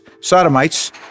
sodomites